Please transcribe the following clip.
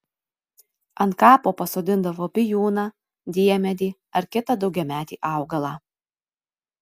ant kapo pasodindavo bijūną diemedį ar kitą daugiametį augalą